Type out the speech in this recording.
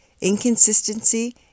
inconsistency